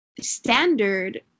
standard